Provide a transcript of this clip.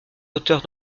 auteurs